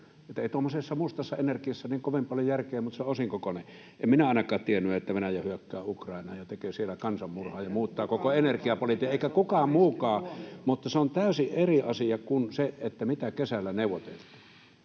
ei tuommoisessa mustassa energiassa niin kovin paljon ole järkeä, mutta se on osinkokone. En minä ainakaan tiennyt, että Venäjä hyökkää Ukrainaan ja tekee siellä kansanmurhaa ja muuttaa koko energiapolitiikan. [Eduskunnasta: Ei kukaan muukaan, pitäis ottaa